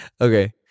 Okay